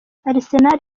arsenal